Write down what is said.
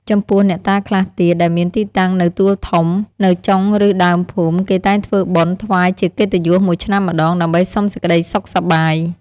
ចំពោះ អ្នកតាខ្លះទៀត ដែលមានទីតាំងនៅទួលធំ នៅចុងឬដើមភូមិ គេតែងធ្វើបុណ្យ ថ្វាយជាកិត្តិយសមួយឆ្នាំម្តង ដើម្បីសុំសេចក្តីសុខសប្បាយ។